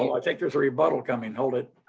i think there's a rebuttal coming, hold it.